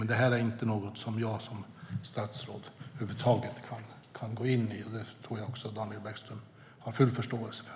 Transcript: Men det är inte något som jag som statsråd kan gå in på över huvud taget, och det tror jag att Daniel Bäckström har full förståelse för.